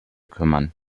kümmern